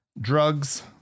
drugs